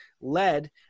lead